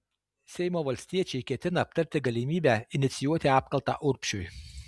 seimo valstiečiai ketina aptarti galimybę inicijuoti apkaltą urbšiui